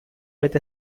with